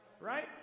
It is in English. right